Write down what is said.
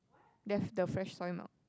there's the fresh soy milk